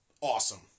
Awesome